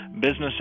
business